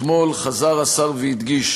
אתמול חזר השר והדגיש